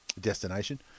destination